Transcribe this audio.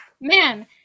man